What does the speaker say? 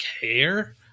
care